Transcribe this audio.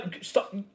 Stop